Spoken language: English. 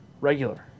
Regular